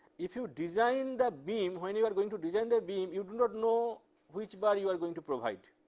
if you design the beam, when you are going to design the beam, you do not know which bar you are going to provide,